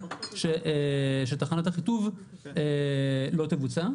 שתחנת אחיטוב לא תבוצע.